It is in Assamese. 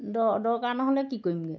দ দৰকাৰ নহ'লে কি কৰিম মই